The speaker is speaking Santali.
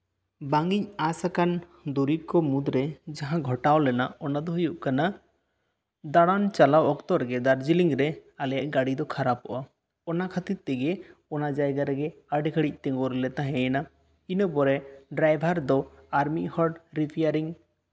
ᱵᱟᱝᱤᱧ ᱟᱸᱥᱟᱠᱟᱱ ᱫᱩᱨᱤᱵᱽ ᱠᱚ ᱢᱩᱫᱽ ᱨᱮ ᱡᱟᱦᱟᱸ ᱜᱷᱚᱴᱟᱣ ᱞᱮᱱᱟ ᱚᱱᱟ ᱫᱚ ᱦᱩᱭᱩᱜ ᱠᱟᱱᱟ ᱫᱟᱬᱟᱱ ᱪᱟᱞᱟᱣ ᱚᱠᱛᱚ ᱨᱮᱜᱮ ᱫᱟᱨᱡᱤᱞᱤᱝ ᱨᱮ ᱟᱞᱮᱭᱟᱜ ᱜᱟᱲᱤ ᱫᱚ ᱠᱷᱟᱨᱟᱯᱚᱜᱼᱟ ᱚᱱᱟ ᱠᱷᱟᱹᱛᱤᱨ ᱛᱮᱜᱮ ᱚᱱᱟ ᱡᱟᱭᱜᱟ ᱨᱮᱜᱮ ᱟᱹᱰᱤ ᱜᱷᱟᱲᱤᱡ ᱛᱤᱸᱜᱩ ᱨᱮᱞᱮ ᱛᱟᱦᱮᱸᱭᱮᱱᱟ ᱤᱱᱟᱹᱯᱚᱨᱮ ᱰᱨᱟᱭᱵᱷᱟᱨ ᱫᱚ ᱟᱨ ᱢᱤᱫ ᱦᱚᱲ ᱨᱤᱯᱤᱭᱟᱨᱤᱝ